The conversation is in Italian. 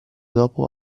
dopo